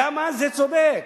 למה זה צודק?